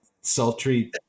sultry